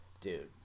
dude